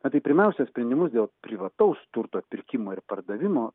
na tai pirmiausia sprendimus dėl privataus turto pirkimo ir pardavimo